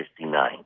1959